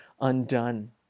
undone